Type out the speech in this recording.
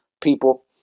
people